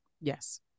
Yes